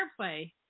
airplay